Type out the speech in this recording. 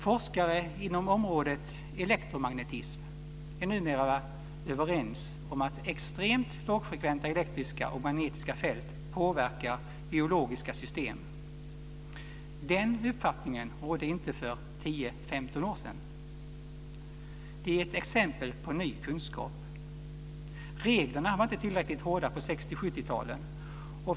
Forskare inom området elektromagnetism är numera överens om att extremt lågfrekventa elektriska och magnetiska fält påverkar biologiska system. Den uppfattningen rådde inte för 10-15 år sedan, utan här har vi ett exempel på ny kunskap. Reglerna var inte tillräckligt hårda på 1960 och 1970-talen.